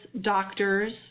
doctors